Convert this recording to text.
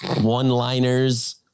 One-liners